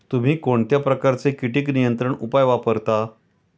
तुम्ही कोणत्या प्रकारचे कीटक नियंत्रण उपाय वापरता?